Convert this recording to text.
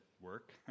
work